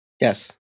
Yes